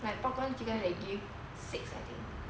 like popcorn chicken they give six I think